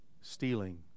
Stealing